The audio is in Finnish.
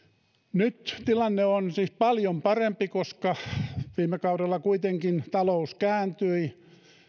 nyt tilanne on siis paljon parempi koska viime kaudella kuitenkin talous kääntyi